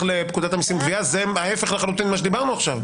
לפקודת המיסים (גבייה) זה ההפך לחלוטין ממה שדיברנו עכשיו.